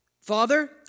Father